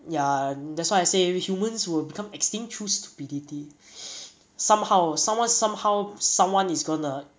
ya that's why I say humans will become extinct through stupidity somehow someone somehow someone is gonna